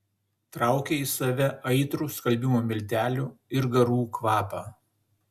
traukė į save aitrų skalbimo miltelių ir garų kvapą